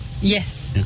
Yes